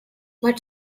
what